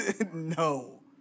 No